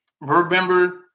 Remember